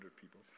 people